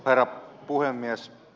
herra puhemies